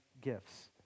gifts